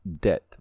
debt